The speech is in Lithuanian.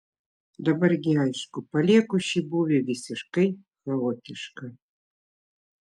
dabar gi aišku palieku šį būvį visiškai chaotišką